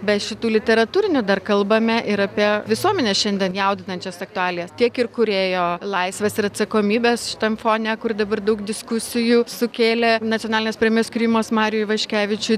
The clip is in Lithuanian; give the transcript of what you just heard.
be šitų literatūrinių dar kalbame ir apie visuomenę šiandien jaudinančias aktualijas tiek ir kūrėjo laisvės ir atsakomybės šitam fone kur dabar daug diskusijų sukėlė nacionalinės premijos skyrimas mariui ivaškevičiui